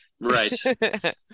Right